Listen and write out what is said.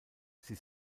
sie